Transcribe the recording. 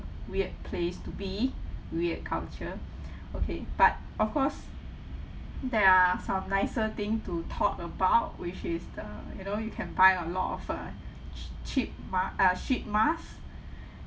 weird place to be weird culture okay but of course there are some nicer thing to talk about which is the you know you can buy a lot of uh ch~ cheap ma~ uh sheet mask